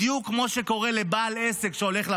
בדיוק כמו שקורה לבעל עסק שהולך לבנק,